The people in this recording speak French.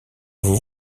vous